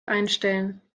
einstellen